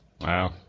Wow